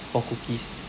for cookies